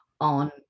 on